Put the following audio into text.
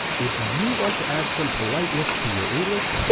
if you want to add some politeness to your english,